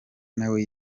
nawe